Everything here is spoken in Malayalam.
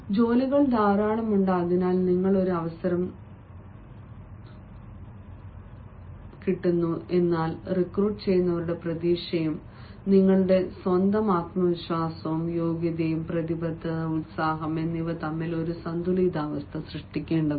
ജോലികൾ ധാരാളമുണ്ട് അതിനാൽ നിങ്ങൾ ഒരു അവസരം നൽകുന്നു എന്നാൽ റിക്രൂട്ട് ചെയ്യുന്നവരുടെ പ്രതീക്ഷയും നിങ്ങളുടെ സ്വന്തം ആത്മവിശ്വാസം യോഗ്യത പ്രതിബദ്ധത ഉത്സാഹം എന്നിവ തമ്മിൽ ഒരു സന്തുലിതാവസ്ഥ സൃഷ്ടിക്കേണ്ടതുണ്ട്